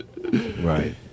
Right